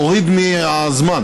תוריד מהזמן.